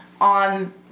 on